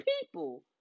people